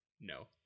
No